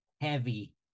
heavy